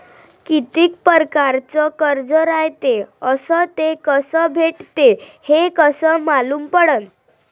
कितीक परकारचं कर्ज रायते अस ते कस भेटते, हे कस मालूम पडनं?